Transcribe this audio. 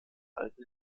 alten